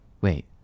Wait